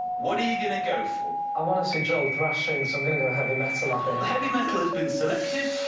what are you going to go for? i want to see joel thrashing, so i'm going to go heavy metal, ah i metal has been selected.